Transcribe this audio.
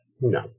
no